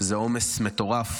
זה עומס מטורף